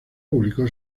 publicó